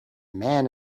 man